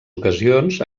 ocasions